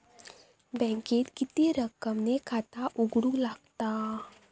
बँकेत किती रक्कम ने खाता उघडूक लागता?